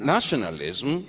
Nationalism